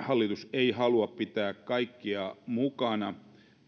hallitus ei halua pitää kaikkia mukana